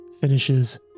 finishes